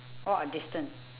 walk a distance